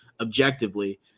objectively